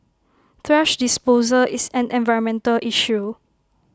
thrash disposal is an environmental issue